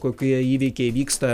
kokie įvykiai vyksta